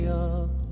up